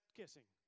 kissing